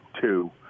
two